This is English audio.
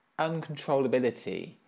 uncontrollability